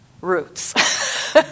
roots